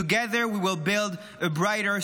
Together we will build a brighter,